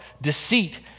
deceit